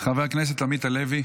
חבר הכנסת עמית הלוי.